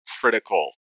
critical